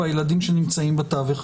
והילדים שנמצאים בתווך.